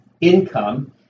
income